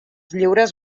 lliures